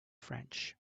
french